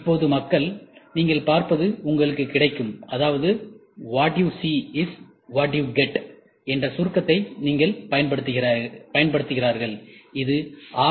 இப்போது மக்கள் "நீங்கள் பார்ப்பது உங்களுக்குக் கிடைக்கும்"அதாவது what you see is what you get என்ற சுருக்கத்தை நீங்கள் பயன்படுத்துகிறார்கள் இது ஆர்